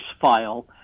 file